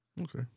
Okay